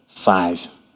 five